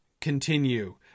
continue